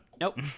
nope